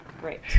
great